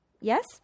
Yes